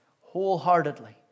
wholeheartedly